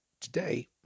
today